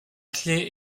clef